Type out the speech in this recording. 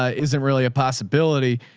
ah isn't really a possibility.